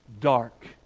dark